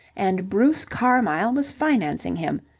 and bruce carmyle was financing him.